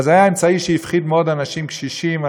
אבל זה היה אמצעי שהפחיד מאוד אנשים קשישים,